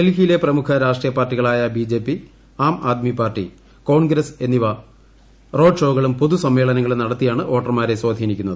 ഡൽഹിയിലെ പ്രമുഖ രാഷ്ട്രീയപാർട്ടികളായ ബിജെപി ആംആദ്മി പാർട്ടി കോൺഗ്രസ് എന്നിവ റോഡ്ഷോകളും പൊതു സമ്മേളനങ്ങളും നടത്തിയാണ് വോട്ടർമാരെ സ്വാധീനിക്കുന്നത്